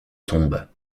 tombe